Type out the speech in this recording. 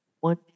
One